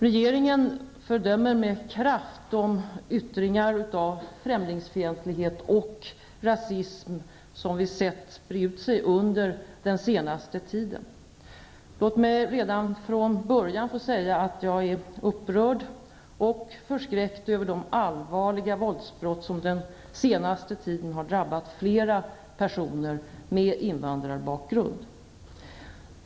Regeringen fördömer med kraft de yttringar av främlingsfientlighet och rasism som vi sett breda ut sig under den senaste tiden. Låt mig redan från början få säga, att jag är upprörd och förskräckt över de allvarliga våldsbrott som den senaste tiden drabbat flera personer med invandrarbakgrund.